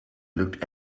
looked